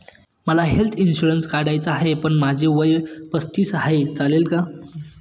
मला health insurance काढायचा आहे पण माझे वय पस्तीस आहे, चालेल का?